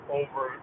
over